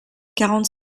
quarante